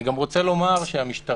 אני גם רוצה לומר שהמשטרה,